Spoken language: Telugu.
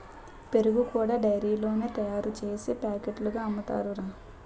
పెరుగు కూడా డైరీలోనే తయారుసేసి పాకెట్లుగా అమ్ముతారురా